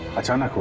but no,